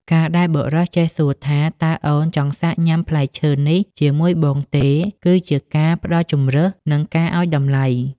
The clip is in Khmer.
ការដែលបុរសចេះសួរថា "តើអូនចង់សាកញ៉ាំផ្លែឈើនេះជាមួយបងទេ?" គឺជាការផ្ដល់ជម្រើស និងការឱ្យតម្លៃ។